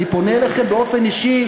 אני פונה אליכם באופן אישי,